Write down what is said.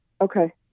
Okay